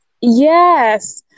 Yes